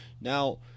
Now